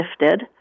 lifted